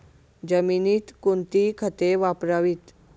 जमिनीत कोणती खते वापरावीत?